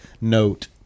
note